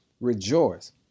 rejoice